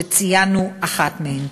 שציינו אחת מהן.